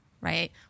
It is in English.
right